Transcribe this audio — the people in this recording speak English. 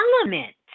element